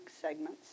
segments